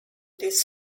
this